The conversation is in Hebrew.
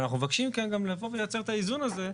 אבל אנחנו מבקשים מכם גם לבוא ולייצר את האיזון הזה,